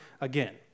again